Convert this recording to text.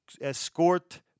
Escort